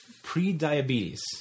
pre-diabetes